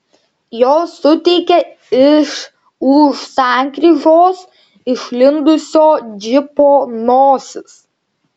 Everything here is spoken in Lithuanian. jos suteikė iš už sankryžos išlindusio džipo nosis